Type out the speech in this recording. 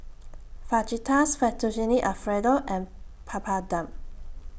Fajitas Fettuccine Alfredo and Papadum